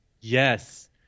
Yes